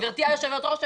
גברתי היושבת ראש,